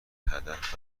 هدف